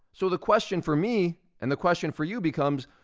so the question for me, and the question for you becomes,